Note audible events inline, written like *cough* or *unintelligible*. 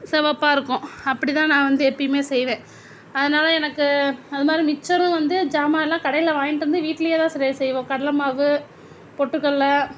சிவப்பா இருக்கும் அப்படி தான் நான் வந்து எப்பையுமே செய்வேன் அதனால எனக்கு அதுமாதிரி மிச்சரும் வந்து ஜாமான் எல்லாம் கடையில் வாங்கிகிட்டு வந்து வீட்லையே தான் *unintelligible* செய்வோம் கடலை மாவு பொட்டுக்கல்லை